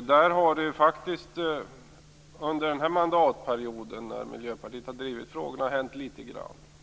Där har det faktiskt under den här mandatperioden, när Miljöpartiet har drivit frågorna, hänt litet grand.